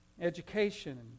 education